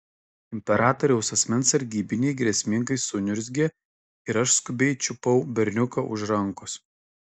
imperatoriaus asmens sargybiniai grėsmingai suniurzgė ir aš skubiai čiupau berniuką už rankos